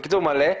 בקיצור מלא.